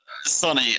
Sonny